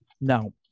No